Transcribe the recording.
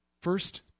First